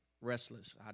restless